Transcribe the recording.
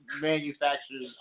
manufacturers